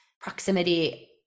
proximity